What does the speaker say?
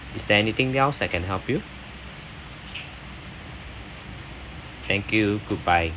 is there anything else I can help you thank you goodbye